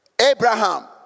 Abraham